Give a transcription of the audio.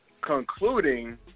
concluding